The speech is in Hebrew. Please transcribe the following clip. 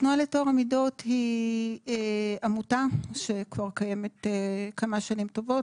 התנועה לטוהר המידות היא עמותה שכבר קיימת כמה שנים טובות,